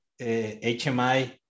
HMI